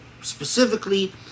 specifically